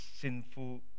sinful